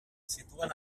situen